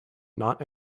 not